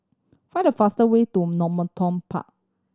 find the fast way to Normanton Park